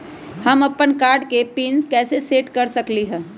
हम अपन कार्ड के पिन कैसे सेट कर सकली ह?